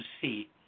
see